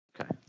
Okay